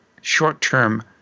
short-term